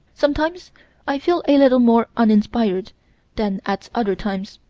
sometimes i feel a little more uninspired than at other times,